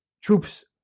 troops